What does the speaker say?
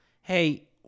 hey